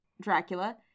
Dracula